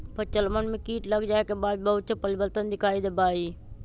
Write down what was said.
फसलवन में कीट लग जाये के बाद बहुत से परिवर्तन दिखाई देवा हई